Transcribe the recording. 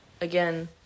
again